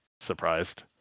surprised